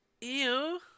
Ew